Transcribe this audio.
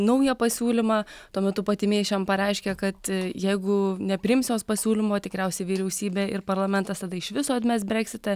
naują pasiūlymą tuo metu pati mei šiam pareiškė kad jeigu nepriims jos pasiūlymo tikriausiai vyriausybė ir parlamentas tada iš viso atmes breksitą